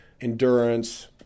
endurance